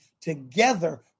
together